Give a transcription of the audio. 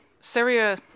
Syria